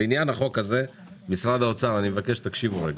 לעניין החוק הזה, משרד האוצר מבקש שתקשיבו - אני